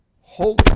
Holy